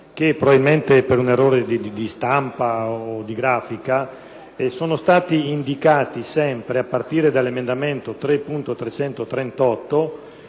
probabilmente per un errore di stampa o di grafica, è sempre stata indicata, a partire dall'emendamento 3.338